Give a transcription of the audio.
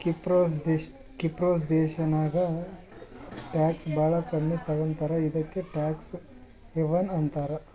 ಕಿಪ್ರುಸ್ ದೇಶಾನಾಗ್ ಟ್ಯಾಕ್ಸ್ ಭಾಳ ಕಮ್ಮಿ ತಗೋತಾರ ಇದುಕೇ ಟ್ಯಾಕ್ಸ್ ಹೆವನ್ ಅಂತಾರ